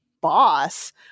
boss